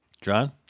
John